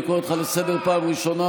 אני קורא אותך לסדר פעם ראשונה.